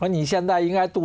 when you said that you had t